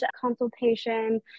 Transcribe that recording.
consultation